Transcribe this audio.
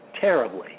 terribly